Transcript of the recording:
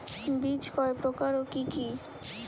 বীজ কয় প্রকার ও কি কি?